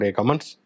comments